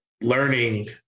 learning